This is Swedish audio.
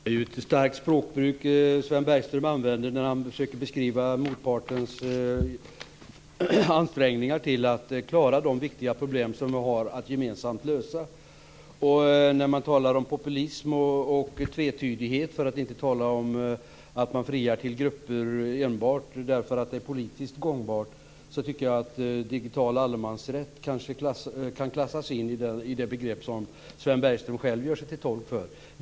Fru talman! Det är ett starkt språkbruk Sven Bergström använder när han försöker beskriva motpartens ansträngningar att klara de viktiga problem vi har att gemensamt lösa. När man talar om populism och tvetydighet, för att inte tala om att fria till grupper enbart därför att det är politisk gångbart, tycker jag kanske att digital allemansrätt kan klassas in i det begrepp som Sven Bergström gör sig till tolk för.